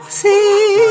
see